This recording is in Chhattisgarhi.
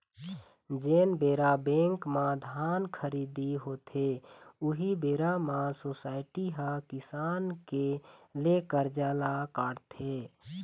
जेन बेरा बेंक म धान खरीदी होथे, उही बेरा म सोसाइटी ह किसान के ले करजा ल काटथे